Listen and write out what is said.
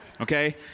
okay